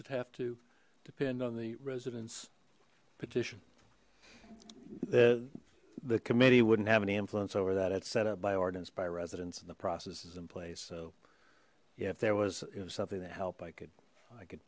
it have to depend on the residents petition the committee wouldn't have any influence over that at setup by ordinance by residents and the processes in place so if there was something that helped i could i could